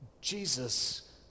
Jesus